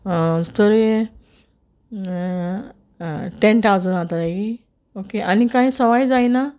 आ तोरी टेन ठावजण जाताय ओके आनी कांय सोवाय जायना आं